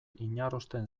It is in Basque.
inarrosten